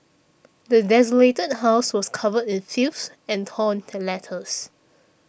the desolated house was covered in filth and torn letters